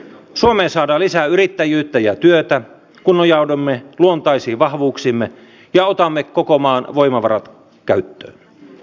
suomeen saadaan lisää yrittäjyyttä ja työtä kun nojaudumme luontaisiin vahvuuksiimme ja otamme koko maan voimavarat käyttöön